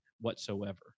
whatsoever